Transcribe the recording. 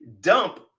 dump